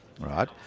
right